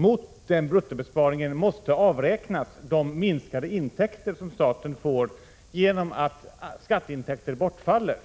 Från den bruttobesparingen måste avräknas de minskade intäkter som staten får genom att skatteintäkter bortfaller.